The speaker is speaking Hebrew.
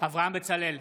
אברהם בצלאל,